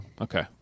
Okay